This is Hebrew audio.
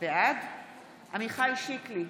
בעד עמיחי שיקלי,